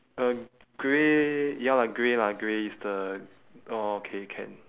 a grey ya lah grey lah grey it's the oh okay can